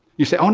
you say? oh no,